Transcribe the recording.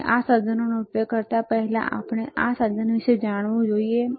અને આ સાધનનો ઉપયોગ કરતા પહેલા આપણે આ સાધન વિશે જાણવું જોઈએ